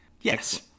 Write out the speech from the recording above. Yes